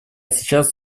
сейчас